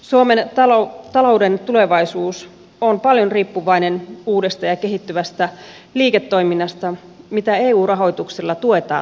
suomen talouden tulevaisuus on paljon riippuvainen uudesta ja kehittyvästä liiketoiminnasta mitä eu rahoituksella tuetaan laajasti